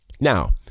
Now